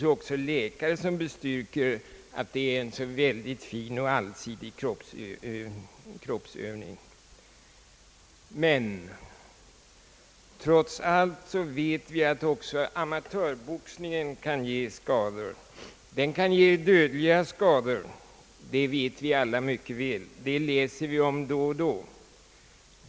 Det finns ju läkare som bestyrker att det är en så fin och allsidig kroppsövning att boxas. Men trots allt vet vi att också amatörboxningen kan ge till och med dödliga skador. Det vet vi alla mycket väl, och det läser vi om då och då.